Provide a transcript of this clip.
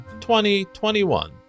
2021